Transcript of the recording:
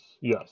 Yes